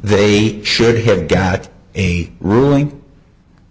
they should have got a ruling